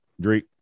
Drake